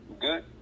Good